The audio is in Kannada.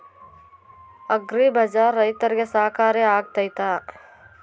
ಅಗ್ರಿ ಬಜಾರ್ ರೈತರಿಗೆ ಸಹಕಾರಿ ಆಗ್ತೈತಾ?